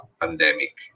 pandemic